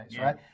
right